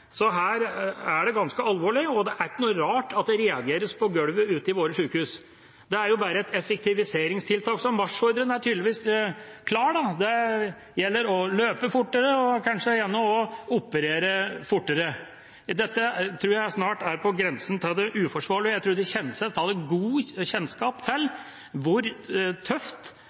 Så det er ganske alvorlig, og det er ikke rart at det reageres på golvet ute i våre sykehus. Det er jo bare et effektiviseringstiltak, så marsjordren er tydeligvis klar: Det gjelder å løpe fortere og kanskje gjerne også operere fortere. Dette tror jeg snart er på grensen til det uforsvarlige. Jeg trodde Kjenseth hadde god kjennskap til hvor tøft